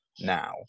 now